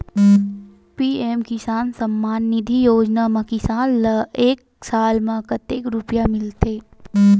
PM Kisan Samman Nidhi योजना म किसान ल एक साल म कतेक रुपिया मिलथे?